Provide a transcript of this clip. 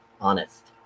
Honest